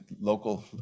local